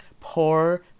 poor